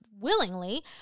willingly